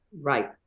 Right